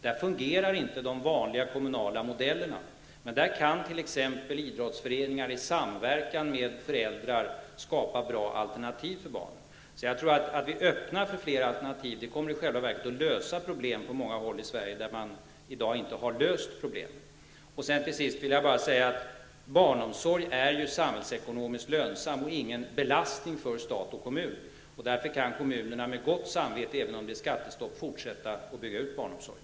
Där fungerar inte de vanliga kommunala modellerna, men där kan t.ex. idrottsföreningar i samverkan med föräldrar skapa bra alternativ för barnen. Att vi öppnar för fler alternativ kommer därför enligt min mening i själva verket att lösa problem på många håll i Sverige där man i dag inte har löst problemen. För det tredje vill jag säga att barnomsorg ju är samhällsekonomiskt lönsamt och ingen belastning för stat och kommun. Därför kan kommunerna, även om det råder skattestopp, med gott samvete fortsätta att bygga ut barnomsorgen.